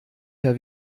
herr